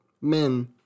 men